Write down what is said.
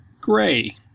gray